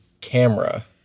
camera